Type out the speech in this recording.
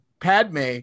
Padme